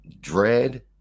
dread